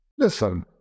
Listen